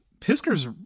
Pisker's